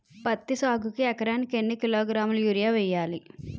పత్తి సాగుకు ఎకరానికి ఎన్నికిలోగ్రాములా యూరియా వెయ్యాలి?